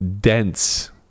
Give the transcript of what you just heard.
dense